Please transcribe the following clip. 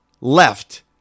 left